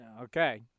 Okay